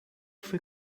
foi